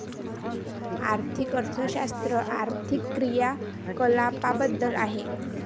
आर्थिक अर्थशास्त्र आर्थिक क्रियाकलापांबद्दल आहे